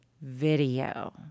video